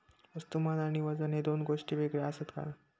वस्तुमान आणि वजन हे दोन गोष्टी वेगळे आसत काय?